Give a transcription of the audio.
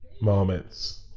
moments